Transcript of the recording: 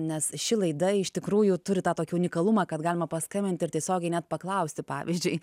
nes ši laida iš tikrųjų turi tą tokį unikalumą kad galima paskambinti ir tiesiogiai net paklausti pavyzdžiui